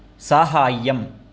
साहाय्यम्